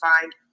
find